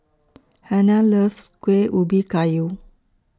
Hannah loves Kueh Ubi Kayu